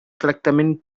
tractament